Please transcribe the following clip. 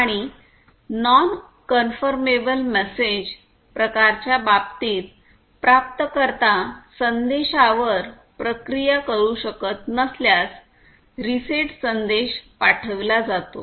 आणि non conformable message प्रकाराच्या बाबतीत प्राप्तकर्ता संदेशावर प्रक्रिया करू शकत नसल्यास रीसेट संदेश पाठविला जातो